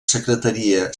secretaria